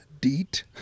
DEET